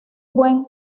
buen